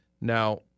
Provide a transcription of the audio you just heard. Now